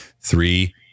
Three